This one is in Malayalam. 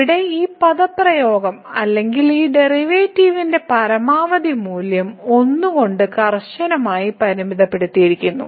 ഇവിടെ ഈ പദപ്രയോഗം അല്ലെങ്കിൽ ഈ ഡെറിവേറ്റീവിന്റെ പരമാവധി മൂല്യം 1 കൊണ്ട് കർശനമായി പരിമിതപ്പെടുത്തിയിരിക്കുന്നു